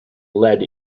lead